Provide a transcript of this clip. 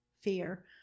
fear